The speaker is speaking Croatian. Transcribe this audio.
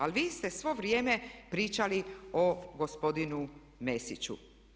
Ali vi ste svo vrijeme pričali o gospodinu Mesiću.